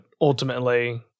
ultimately